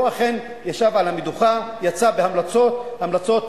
הוא אכן ישב על המדוכה, יצא בהמלצות, המלצות